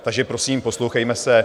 Takže, prosím, poslouchejme se.